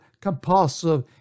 compulsive